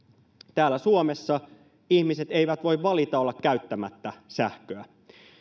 täällä suomessa ihmiset eivät voi valita olla käyttämättä sähköä